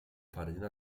farina